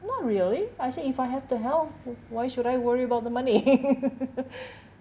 not really I say if I have the health why should I worry about the money